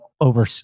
over